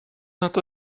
nad